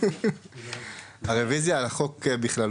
הרוויזיה על החוק בכללותו.